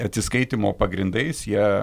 atsiskaitymo pagrindais jie